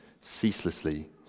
ceaselessly